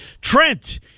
Trent